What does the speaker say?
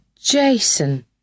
Jason